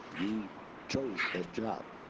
you chose that job.